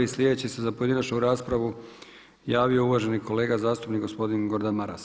I slijedeći se za pojedinačnu raspravu javio uvaženi kolega zastupnik gospodin Gordan Maras.